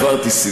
עברתי,